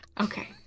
okay